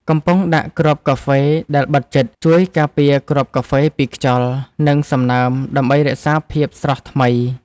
កំប៉ុងដាក់គ្រាប់កាហ្វេដែលបិទជិត ជួយការពារគ្រាប់កាហ្វេពីខ្យល់ និងសំណើមដើម្បីរក្សាភាពស្រស់ថ្មី។